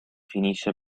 finisce